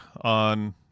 on